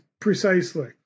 precisely